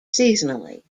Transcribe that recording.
seasonally